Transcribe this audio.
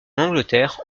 angleterre